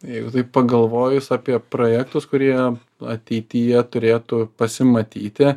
jeigu taip pagalvojus apie projektus kurie ateityje turėtų pasimatyti